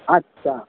अछा